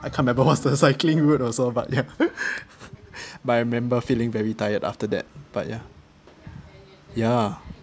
I can't remember what's the cycling route also but ya but I remember feeling very tired after that but ya ya